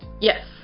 yes